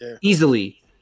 easily